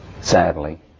sadly